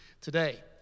today